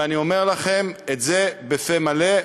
ואני אומר לכם את זה בפה מלא.